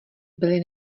byly